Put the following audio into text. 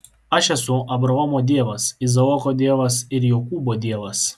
aš esu abraomo dievas izaoko dievas ir jokūbo dievas